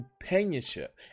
companionship